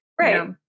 Right